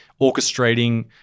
orchestrating